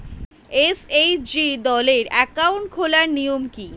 SHG দলের account খোলার নিয়ম কী?